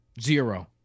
Zero